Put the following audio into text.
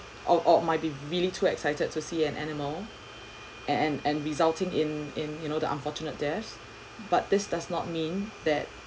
or or might be really too excited to see an animal and and resulting in in you know the unfortunate death but this does not mean that